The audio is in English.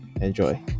Enjoy